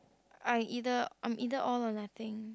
I either I'm either all or nothing